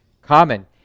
common